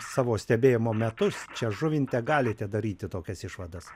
savo stebėjimo metus čia žuvinte galite daryti tokias išvadas